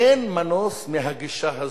אין מנוס מהגישה הזו.